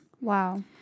Wow